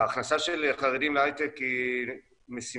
ההכנסה של חרדים להייטק היא משימה